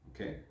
Okay